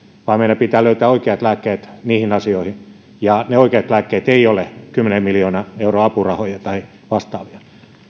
meidän pitää löytää oikeat lääkkeet niihin asioihin ja ne oikeat lääkkeet eivät ole kymmenen miljoonan euron apurahoja tai vastaavia